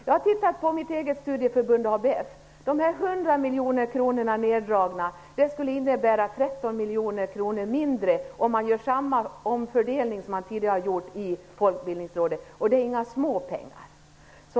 Jag har tittat på följderna för mitt eget studieförbund ABF. 100 miljoner kronor neddragna skulle innebära 13 miljoner kronor mindre, om man gör samma omfördelning som tidigare i Folkbildningsrådet. Det är inga småpengar.